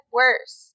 worse